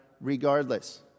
regardless